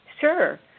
Sure